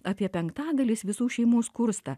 apie penktadalis visų šeimų skursta